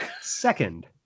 Second